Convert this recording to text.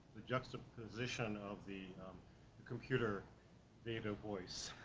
the juxtaposition of the computer native voice.